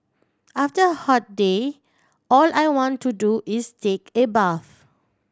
after hot day all I want to do is take a bath